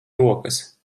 rokas